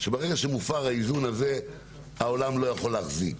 שברגע שמופר האיזון הזה העולם לא יכול להחזיק.